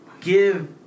give